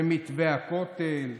במתווה הכותל,